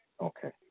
Okay